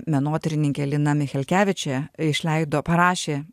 menotyrininkė lina michelkevičė išleido parašė